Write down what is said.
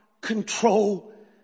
control